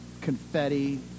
confetti